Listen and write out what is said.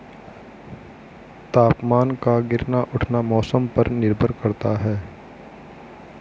तापमान का गिरना उठना मौसम पर निर्भर करता है